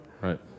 Right